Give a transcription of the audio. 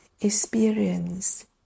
experience